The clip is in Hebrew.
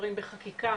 דברים בחקיקה